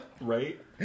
Right